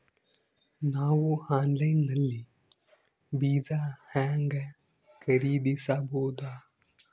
ನಾವು ಆನ್ಲೈನ್ ನಲ್ಲಿ ಬೀಜ ಹೆಂಗ ಖರೀದಿಸಬೋದ?